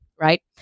right